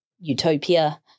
utopia